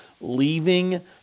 leaving